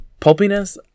pulpiness